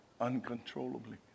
uncontrollably